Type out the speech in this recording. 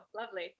lovely